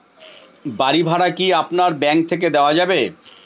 বাড়ী ভাড়া কি আপনার ব্যাঙ্ক থেকে দেওয়া যাবে?